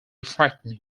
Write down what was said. frightening